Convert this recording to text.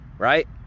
Right